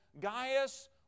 Gaius